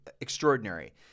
extraordinary